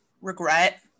regret